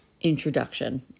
introduction